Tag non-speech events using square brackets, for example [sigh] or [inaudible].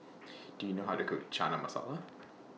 [noise] Do YOU know How to Cook Chana Masala